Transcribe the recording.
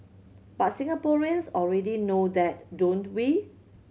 but Singaporeans already know that don't we